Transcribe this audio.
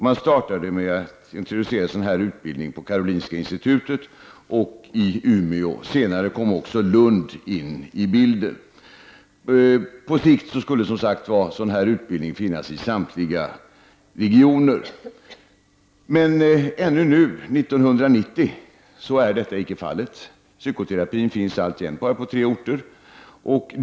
Man startade med introduktion av den här utbildningen på Karolinska institutet och i Umeå. Senare kom också Lund in i bilden. På sikt skulle den här utbildningen som sagt finnas i samtliga regioner. Men fortfarande, år 1990, är detta icke fallet. Psykoterapin finns fortfarande bara på 33 tre orter.